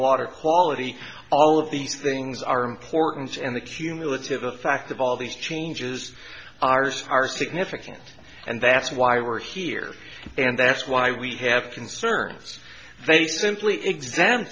water quality all of these things are important and the cumulative effect of all these changes ours are significant and that's why we're here and that's why we have concerns they simply ex